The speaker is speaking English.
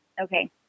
Okay